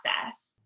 process